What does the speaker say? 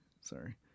Sorry